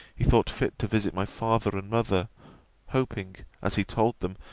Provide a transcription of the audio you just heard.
he thought fit to visit my father and mother hoping, as he told them,